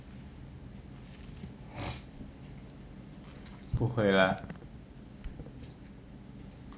不会 lah